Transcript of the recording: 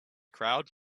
crowd